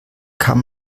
kann